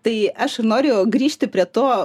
tai aš noriu grįžti prie to